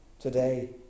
today